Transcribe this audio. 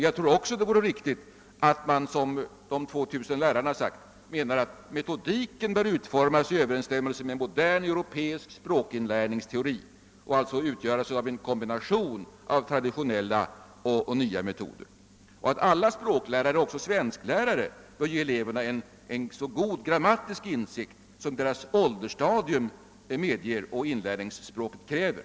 Jag tror också att det är riktigt att man, som de 2 000 lärarna sagt, bör utforma metodiken i överensstämmelse med modern europeisk språkinlärningsteori och att denna alltså bör utgöras av en kombination av traditionella och nyare metoder, varvid alla språklärare, alltså även svensklärare, bör ge eleverna en så god grammatisk insikt som deras åldersstadium medger och inlärning av språket kräver.